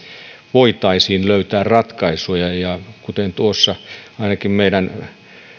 voitaisiin löytää ratkaisuja ja kuten tuossa ainakin meidän